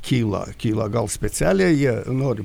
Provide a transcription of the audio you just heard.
kyla kyla gal specialiai jie nori